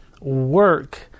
work